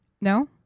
No